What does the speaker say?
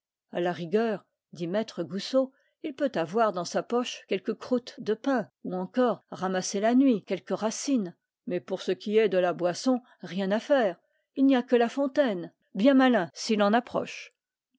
à la rigueur dit maître goussot il peut avoir dans sa poche quelques croûtes de pain ou encore ramasser la nuit quelques racines mais pour ce qui est de la boisson rien à faire il n'y a que la fontaine bien malin s'il en approche